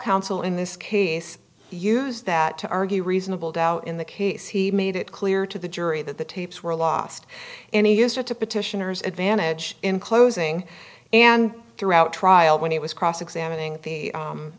counsel in this case use that to argue reasonable doubt in the case he made it clear to the jury that the tapes were lost any used to petitioners advantage in closing and throughout trial when he was cross examining the